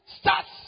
Starts